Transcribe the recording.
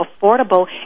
affordable